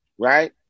right